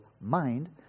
mind